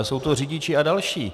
Jsou to řidiči a další.